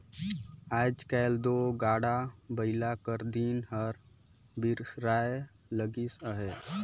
आएज काएल दो गाड़ा बइला कर दिन हर बिसराए लगिस अहे